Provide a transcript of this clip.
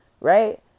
Right